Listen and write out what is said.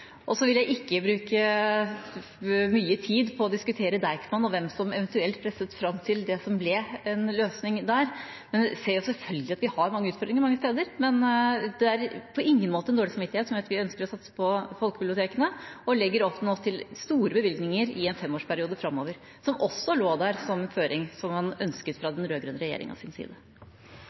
Så vil jeg ikke bruke mye tid på å diskutere Deichmanske og hvem som eventuelt presset fram det som ble en løsning der, men vi ser jo selvfølgelig at vi har mange utfordringer mange steder. Det er på ingen måte dårlig samvittighet som gjør at vi ønsker å satse på folkebibliotekene og nå legger opp til store bevilgninger i en femårsperiode framover, som også lå der som en føring man ønsket fra den rød-grønne regjeringas side.